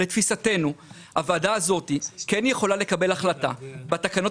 לתפיסתנו הוועדה הזאת כן יכולה לקבל החלטה בתקנות